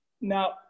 Now